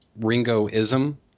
Ringo-ism